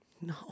No